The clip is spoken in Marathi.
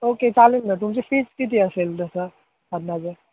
ओके चालेल ना तुमची फीज किती असेल तसं अंदाजे